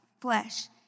flesh